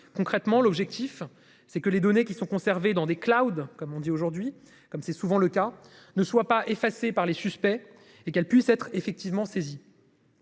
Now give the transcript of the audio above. concrètement l'objectif c'est que les données qui sont conservés dans des Claude comme on dit aujourd'hui, comme c'est souvent le cas ne soit pas effacé par les suspects et qu'elle puisse être effectivement saisi.